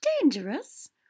Dangerous